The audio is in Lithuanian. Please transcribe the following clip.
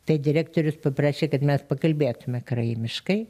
tai direktorius paprašė kad mes pakalbėtume karaimiškai